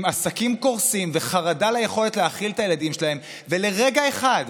עם עסקים קורסים וחרדה ליכולת להאכיל את הילדים שלהם ולרגע אחד,